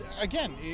again